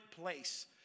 place